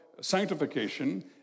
sanctification